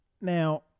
Now